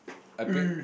a bit